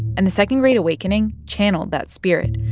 and the second great awakening channeled that spirit.